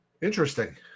interesting